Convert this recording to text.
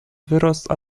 wyrost